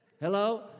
Hello